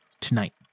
tonight